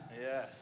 Yes